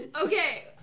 Okay